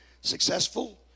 successful